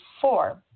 four